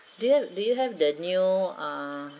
do you have do you have that new ah